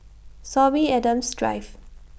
Sorby Adams Drive